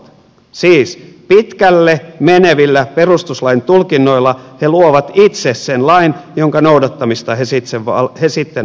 siis pitkälle menevillä perustuslain tulkinnoilla he luovat itse sen lain jonka noudattamista he sitten valvovat